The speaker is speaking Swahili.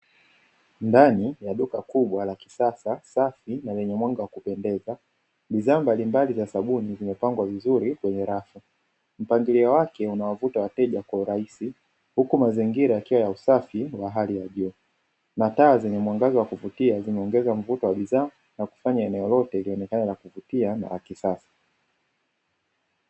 Ndani ya duka kubwa la kisasa safi na lenye mwanga wa kupendeza. bidhaa mbalimbali za sabuni zimepangwa vizuri kwenye rafu. Mpangilio wake unawavuta wateja kwa urahisi huku mazingira yakiwa ya usafi wa hali ya juu, na taa zenye mwangaza wa kuvutia zimeongeza mvuto wa bidhaa na kufanya eneo lolote lionekane la kuvutia na la kisasa.